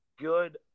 good